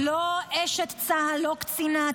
לא אשת צה"ל, לא קצינה.